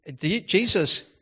Jesus